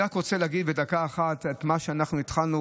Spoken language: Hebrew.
אני רק רוצה להגיד בדקה אחת את מה שאנחנו התחלנו.